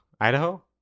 Idaho